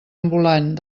ambulant